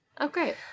okay